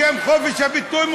בשם חופש הביטוי,